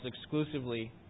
exclusively